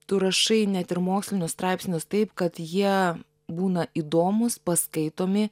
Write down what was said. tu rašai net ir mokslinius straipsnius taip kad jie būna įdomūs paskaitomi